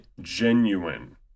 genuine